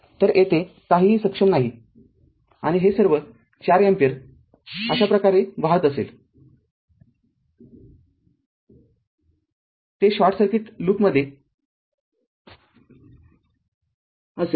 तर येथे काहीही सक्षम नाही आणि हे सर्व ४ अँपिअर अशा प्रकारे वाहत असेल ते शॉर्ट सर्किट लूपमध्ये असेल